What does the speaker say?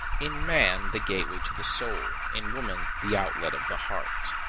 in man, the gateway to the soul in woman, the outlet of the heart.